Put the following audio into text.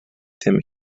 tim